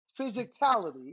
physicality